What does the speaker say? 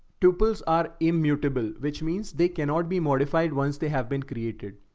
two pills are immutable, which means they cannot be modified once they have been created.